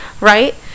right